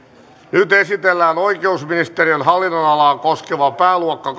nyt esitellään oikeusministeriön hallinnonalaa koskeva pääluokka